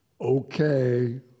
Okay